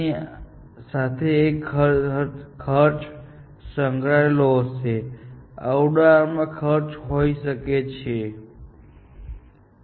આ ઉદાહરણમાં ખર્ચ હોઈ શકે છે ઉદાહરણ તરીકે મોલની કિંમત તેની સાથે સંકળાયેલી હશે કદાચ તમારે જે અંતર કાપવું પડશે તે અથવા કેટલીક વાર કેટલાક મોલ્સ હવે લોકો પાસેથી ફી લે છે પરંતુ મને ખબર નથી